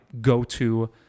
go-to